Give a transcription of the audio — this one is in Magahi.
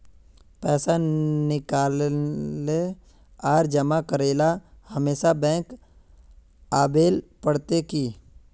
पैसा निकाले आर जमा करेला हमेशा बैंक आबेल पड़ते की?